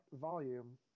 volume